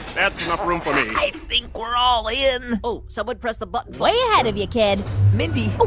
that's enough room for me i think we're all in oh, someone press the button way ahead of you, kid mindy oh.